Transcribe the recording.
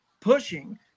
pushing